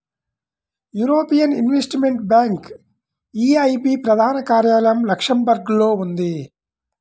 European Investment Bank EIB ప్రధాన కార్యాలయం లక్సెంబర్గ్లో ఉంది